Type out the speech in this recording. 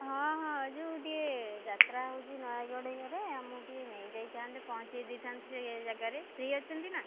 ହଁ ହଁ ଯୋଉ ଟିକିଏ ଯାତ୍ରା ହେଉଛି ନୟାଗଡ଼ ଇଏରେ ଆମକୁ ଟିକିଏ ନେଇ ଯାଇଥାନ୍ତେ ପହଞ୍ଚେଇ ଦେଇଥାନ୍ତେ ସେଇ ଜାଗାରେ ଫ୍ରୀ ଅଛନ୍ତି ନା